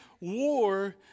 war